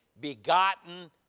begotten